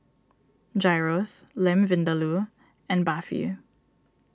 Gyros Lamb Vindaloo and Barfi